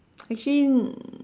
actually